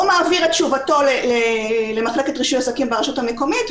הוא מעביר את תשובתו למחלקת רישוי עסקים ברשות המקומית,